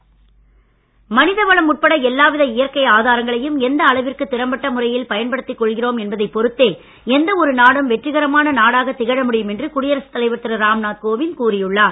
ராம்நாத் மனிதவளம் உட்பட எல்லாவித இயற்கை ஆதாரங்களையும் எந்த அளவிற்கு திறம்பட்ட முறையில் பயன்படுத்திக் கொள்கிறோம் என்பதைப் பொருத்தே எந்த ஒரு நாடும் வெற்றிகரமான நாடாக திகழமுடியும் என்று குடியரசுத் தலைவர் திரு ராம் நாத் கோவிந்த் கூறி உள்ளார்